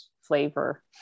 flavor